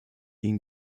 ihnen